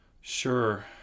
Sure